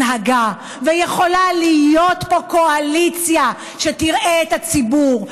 הנהגה ויכולה להיות פה קואליציה שתראה את הציבור,